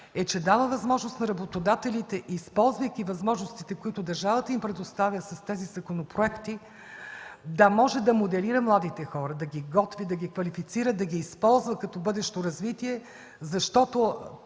е, че дава възможност на работодателите, използвайки възможностите, които държавата им предоставя с тези законопроекти, да може да моделират младите хора, да ги подготвят, да ги квалифицират, да ги използват като бъдещо развитие, защото